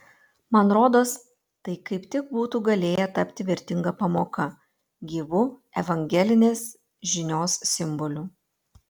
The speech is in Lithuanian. man rodos tai kaip tik būtų galėję tapti vertinga pamoka gyvu evangelinės žinios simboliu